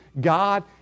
God